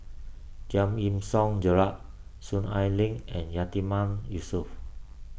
Giam Yean Song Gerald Soon Ai Ling and Yatiman Yusof